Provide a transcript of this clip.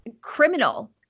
criminal